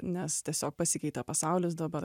nes tiesiog pasikeitė pasaulis dabar